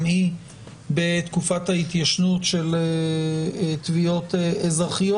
היא בתקופת ההתיישנות של תביעות אזרחיות.